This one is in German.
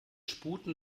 sputen